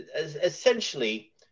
essentially